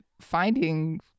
finding